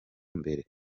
mbere